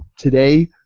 today,